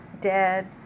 dead